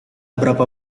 berapa